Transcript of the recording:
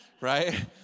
Right